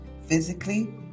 physically